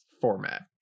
format